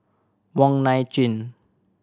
Wong Nai Chin